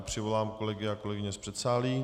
Přivolám kolegy a kolegyně z předsálí.